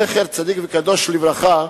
זכר צדיק וקדוש לברכה,